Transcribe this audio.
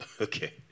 Okay